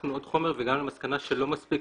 אספנו עוד חומר והגענו למסקנה שלא מספיק